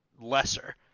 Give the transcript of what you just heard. lesser